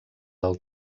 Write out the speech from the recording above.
del